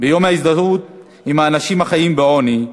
ביום ההזדהות עם האנשים החיים בעוני,